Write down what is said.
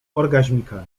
orgaźmikami